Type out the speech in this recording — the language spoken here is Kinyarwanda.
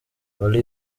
fally